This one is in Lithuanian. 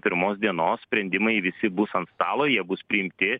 pirmos dienos sprendimai visi bus ant stalo jie bus priimti